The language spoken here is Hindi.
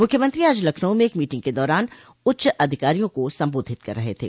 मुख्यमंत्री आज लखनऊ में एक मीटिंग के दौरान उच्च अधिकारियों को संबोधित कर रहे थे